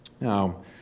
Now